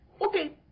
Okay